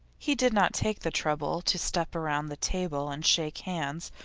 he did not take the trouble to step around the table and shake hands,